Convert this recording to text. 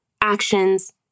actions